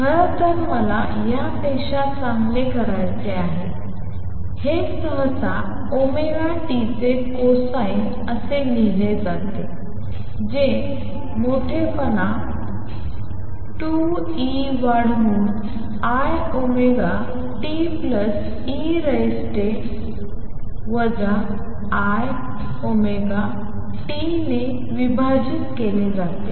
खरं तर मला त्यापेक्षा चांगले करायचे आहे हे सहसा ओमेगा टीचे कोसाइन असे लिहिले जाते जे मोठेपणा 2 ई वाढवुन i omega t plus e raised ते वजा i ओमेगा टी ने विभाजित केले जाते